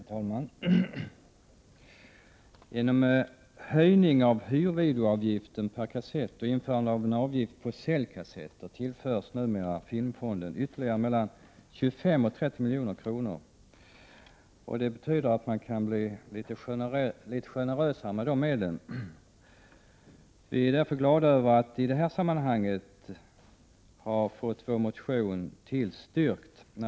Herr talman! På grund av en höjning av hyrvideoavgiften per kassett och införande av en avgift på säljkassetter tillförs nu filmfonden ytterligare mellan 25 och 30 milj.kr. Detta betyder att man kan bli litet generösare med dessa medel. Vi är därför glada över att vi har fått vår motion tillstyrkt.